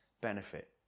benefit